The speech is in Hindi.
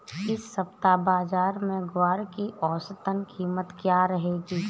इस सप्ताह बाज़ार में ग्वार की औसतन कीमत क्या रहेगी?